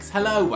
Hello